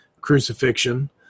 crucifixion